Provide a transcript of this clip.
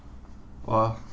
!wah!